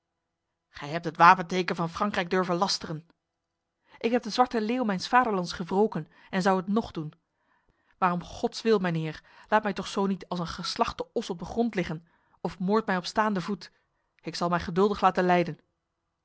gij hebt het wapenteken van frankrijk durven lasteren ik heb de zwarte leeuw mijns vaderlands gewroken en zou het nog doen maar om gods wil mijnheer laat mij toch zo niet als een geslachte os op de grond liggen of moord mij op staande voet ik zal mij geduldig laten leiden